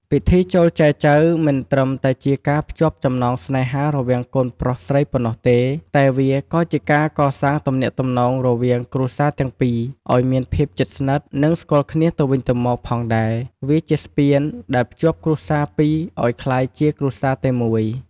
ពិធីចូលចែចូវមិនត្រឹមតែជាការភ្ជាប់ចំណងស្នេហារវាងកូនប្រុសស្រីប៉ុណ្ណោះទេ តែវាក៏ជាការ កសាងទំនាក់ទំនង រវាង គ្រួសារទាំងពីរ ឲ្យមានភាព ជិតស្និទ្ធ និង ស្គាល់គ្នាទៅវិញទៅមក ផងដែរ វាជាស្ពានដែលភ្ជាប់គ្រួសារពីរឲ្យក្លាយជាគ្រួសារតែមួយ។